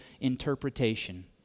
interpretation